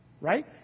right